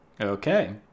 Okay